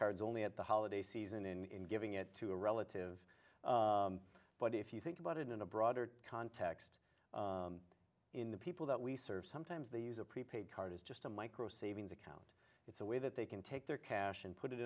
cards only at the holiday season in giving it to a relative but if you think about it in a broader context in the people that we serve sometimes they use a prepaid card is just a micro savings account it's a way that they can take their cash and put it